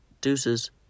deuces